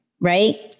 Right